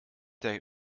der